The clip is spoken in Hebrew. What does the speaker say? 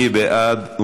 מי בעד?